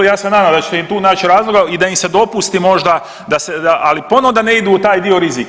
Ja se nadam da ćete i tu naći razloga i da im se dopusti možda, ali ponovo da ne idu u taj dio rizika.